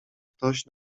ktoś